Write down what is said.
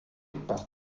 par